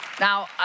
Now